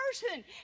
person